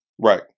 Right